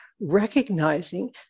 recognizing